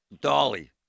Dolly